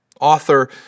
Author